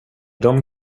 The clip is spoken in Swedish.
dem